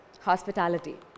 hospitality